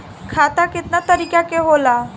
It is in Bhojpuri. खाता केतना तरीका के होला?